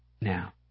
now